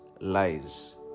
lies